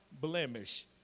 blemish